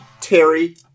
Terry